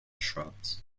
shrubs